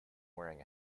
wearing